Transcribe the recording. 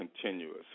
continuous